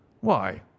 Why